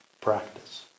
practice